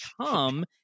come